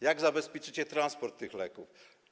Jak zabezpieczycie transport tych leków?